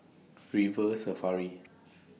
River Safari